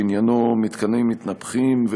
שעניינו מתקנים מתנפחים,